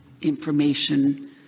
information